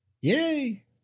yay